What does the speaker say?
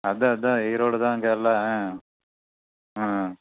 அதுதான் அதுதான் ஈரோடு தான் அங்கே எல்லாம் ம் ம்